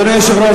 אדוני היושב-ראש,